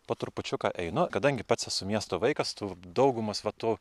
po trupučiuką einu kadangi pats esu miesto vaikas tų daugumos va tų